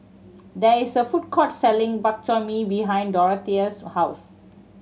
there is a food court selling Bak Chor Mee behind Dorathea's house